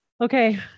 Okay